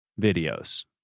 Videos